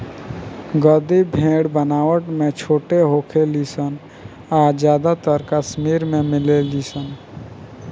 गद्दी भेड़ बनावट में छोट होखे ली सन आ ज्यादातर कश्मीर में मिलेली सन